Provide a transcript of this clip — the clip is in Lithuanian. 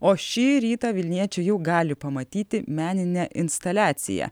o šį rytą vilniečiai jau gali pamatyti meninę instaliaciją